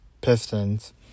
Pistons